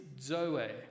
zoe